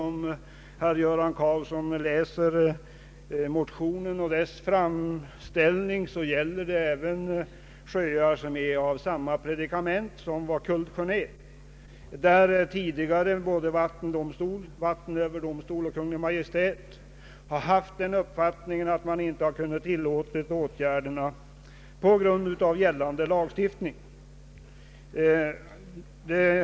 Om herr Karlsson läser framställningen i motionen finner han att den gäller även andra sjöar som är i samma predikament som Kultsjön. Där har tidigare vattendomstol, vattenöverdomstol och Kungl. Maj:t haft den uppfattningen att man inte kunnat tillåta åtgärderna på grund av denna lagstiftning.